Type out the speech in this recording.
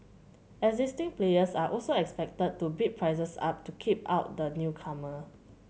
existing players are also expected to bid prices up to keep out the newcomer